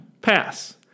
Pass